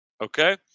Okay